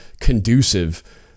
conducive